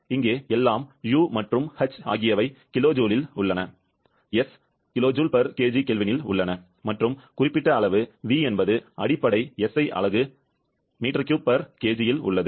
இங்கே எல்லாம் u மற்றும் h ஆகியவை kJ இல் உள்ளன s kJkgK இல் உள்ளன மற்றும் குறிப்பிட்ட அளவு v என்பது அடிப்படை SI அலகு m3kg இல் உள்ளது